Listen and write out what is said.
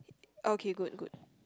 okay good good